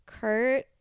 Kurt